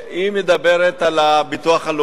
מדברת על הביטוח הלאומי.